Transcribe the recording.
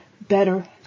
better